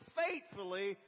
faithfully